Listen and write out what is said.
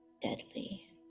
deadly